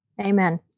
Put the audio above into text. Amen